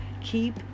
keep